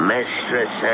Mistress